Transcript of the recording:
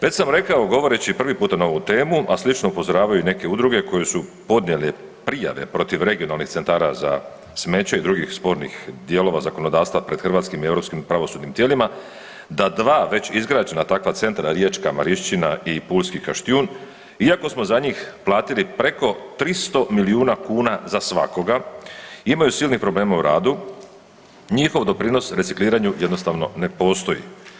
Već sam rekao govoreći prvi puta na ovu temu, a slično upozoravaju i neke udruge koje su podnijele prijave protiv regionalnih centara za smeće i drugih spornih dijelova zakonodavstva pred hrvatskim i europskim pravosudnim tijelima da dva već izgrađena takva centra riječka Marišćina i pulski Kaštijun iako smo za njih platili preko 300 milijuna kuna za svakoga imaju silnih problema u radu, njihov doprinos recikliranju jednostavno ne postoji.